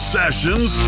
sessions